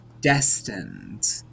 destined